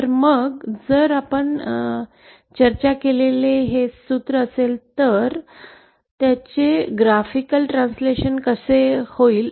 तर मग जर आपण चर्चा केलेले हे सूत्र असेल तर ते ग्राफिक भाषांतर कसे करते